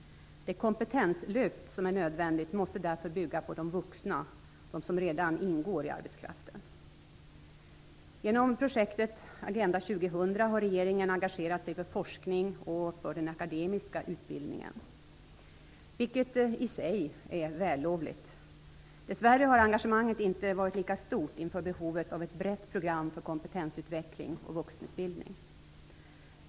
Det kompetenslyft som är nödvändigt måste därför bygga på de vuxna, på dem som redan ingår i arbetskraften. Genom projektet Agenda 2000 har regeringen engagerat sig för forskning och för den akademiska utbildningen, vilket i sig är vällovligt. Dess värre har engagemanget inte varit lika stort inför behovet av ett brett program för kompetensutveckling och vuxenutbildning.